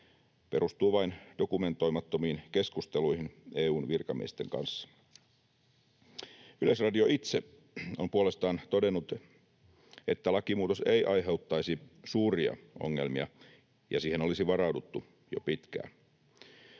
perustuu vain dokumentoimattomiin keskusteluihin EU:n virkamiesten kanssa. Yleisradio itse on puolestaan todennut, että lakimuutos ei aiheuttaisi suuria ongelmia ja että siihen olisi varauduttu jo pitkään.